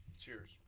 Cheers